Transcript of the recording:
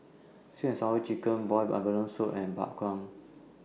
Sweet and Sour Chicken boiled abalone Soup and Bak Chang